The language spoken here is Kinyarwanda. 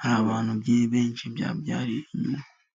hari abantu benshi byabyariye inyungu.